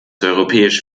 europäisch